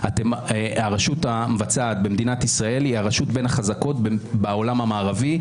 הרשות המבצעת במדינת ישראל היא הרשות בין החזקות בעולם המערבי,